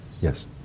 Yes